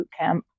bootcamp